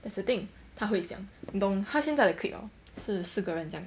that's the thing 他会讲你懂他现在的 clique hor 是四个人将